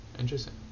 Interesting